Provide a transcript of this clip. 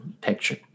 picture